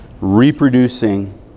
reproducing